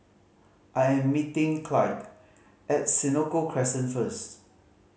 I am meeting Clide at Senoko Crescent first